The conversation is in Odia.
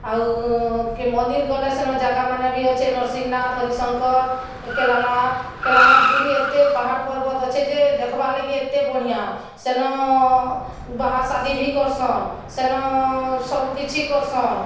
ଆଉ ମନ୍ଦିର୍ ଗଲେ ସିନା ଜାଗାମାନେ ବି ଅଛେ ନରସିଂହନାଥ ହରିଶଙ୍କର ଏକେଲାନାଥ ଏକେଲାନାଥ ଗିରି ଏତେ ପାହାଡ଼ ପର୍ବତ ଅଛି ଯେ ଦେଖ୍ବା ଲାଗି ଏତେ ବଢ଼ିଆ ସେନ ବାହା ଶାଦୀ ବି କର୍ସନ୍ ସେନ ସବୁ କିଛି କର୍ସନ୍